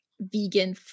vegan